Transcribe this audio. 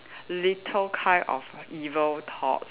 little kind of evil thoughts